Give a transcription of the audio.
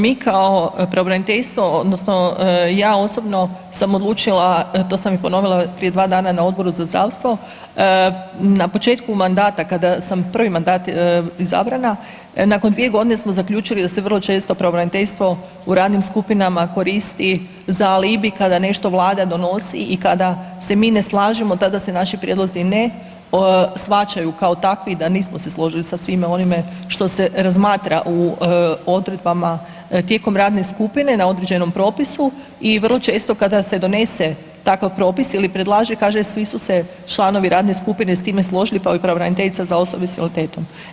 Mi kao pravobraniteljstvo odnosno ja osobno sam odlučila, to sam i ponovila prije 2 dana na Odboru za zdravstvo, na početku mandata kada sam prvi mandat izabrana, nakon 2 godine smo zaključili da se vrlo često pravobraniteljstvo u radnim skupinama koristi za alibi kada nešto Vlada donosi i kada se mi ne slažemo tada se naši prijedlozi na shvaćaju kao takvi da nismo se složili sa svime onime što se razmatra u odredbama tijekom radne skupine na određenom propisu i vrlo često kada se donese takav propis ili predlaže kaže svi su se članovi radne skupine s time složili kao i pravobraniteljica za osobe s invaliditetom.